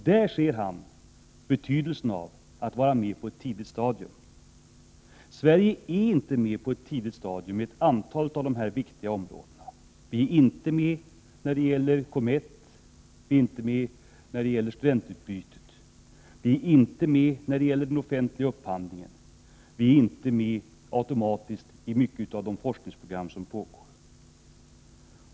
Där ser han betydelsen av att vara med på ett tidigt stadium, vilket Sverige inte är på ett antal av dessa viktiga områden. Vi är inte med när det gäller COMETT. Vi är inte med när det gäller studentutbyteet. Vi är inte med när det gäller den offentliga upphandlingen. Vi är automatiskt inte medi många av de forskningsprogram som pågår.